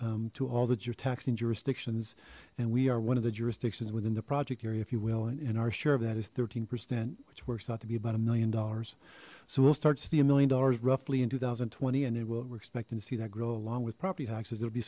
was to all that you're taxing jurisdictions and we are one of the jurisdictions within the project area if you will and our share of that is thirteen percent which works out to be about a million dollars so we'll start to see a million dollars roughly in two thousand and twenty and then we'll we're expecting to see that grow along with property taxes it'll be